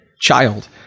child